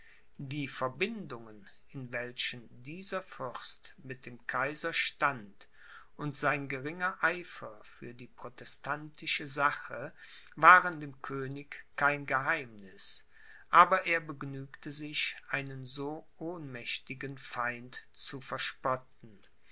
die verbindungen in welchen dieser fürst mit dem kaiser stand und sein geringer eifer für die protestantische sache waren dem könig kein geheimniß aber er begnügte sich einen so ohnmächtigen feind zu verspotten